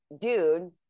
dude